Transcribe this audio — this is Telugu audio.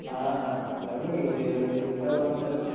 కాకపోతే మీరు చూసే ఇవ్వండి